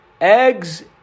eggs